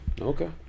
okay